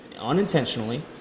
unintentionally